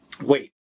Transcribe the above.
Wait